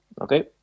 Okay